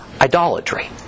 idolatry